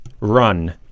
run